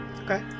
Okay